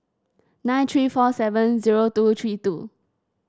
nine three four seven zero two three two